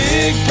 Big